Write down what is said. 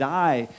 die